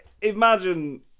Imagine